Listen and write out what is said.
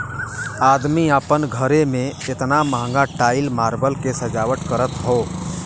अदमी आपन घरे मे एतना महंगा टाइल मार्बल के सजावट करत हौ